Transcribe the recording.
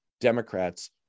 Democrats